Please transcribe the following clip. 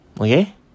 Okay